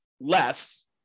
less